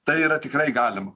tai yra tikrai galima